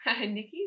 Nikki